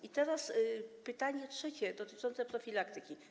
I teraz pytanie trzecie dotyczące profilaktyki.